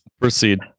Proceed